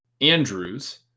Andrews